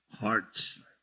hearts